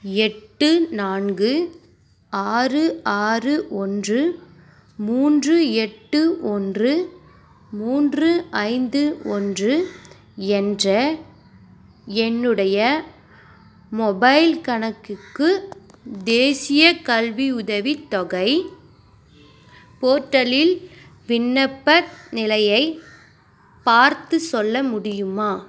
எட்டு நான்கு ஆறு ஆறு ஒன்று மூன்று எட்டு ஒன்று மூன்று ஐந்து ஒன்று என்ற எண்ணுடைய மொபைல் கணக்குக்கு தேசியக் கல்வி உதவித் தொகை போர்ட்டலில் விண்ணப்ப நிலையைப் பார்த்துச் சொல்ல முடியுமா